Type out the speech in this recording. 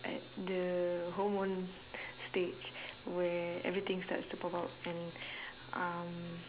at the hormone stage where everything starts to pop out and um